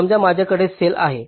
समजा माझ्याकडे सेल आहे